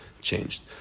changed